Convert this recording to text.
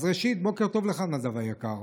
אז ראשית, בוקר טוב לך, נדב היקר.